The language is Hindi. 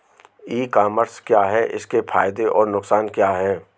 ई कॉमर्स क्या है इसके फायदे और नुकसान क्या है?